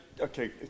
okay